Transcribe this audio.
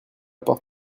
porte